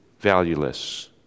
valueless